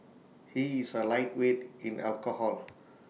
he is A lightweight in alcohol